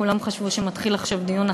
כולם חשבו שמתחיל עכשיו דיון אחר,